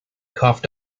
coughed